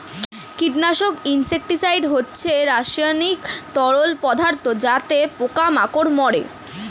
কীটনাশক ইনসেক্টিসাইড হচ্ছে রাসায়নিক তরল পদার্থ যাতে পোকা মাকড় মারে